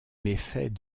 méfaits